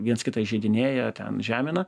viens kitą įžeidinėja ten žemina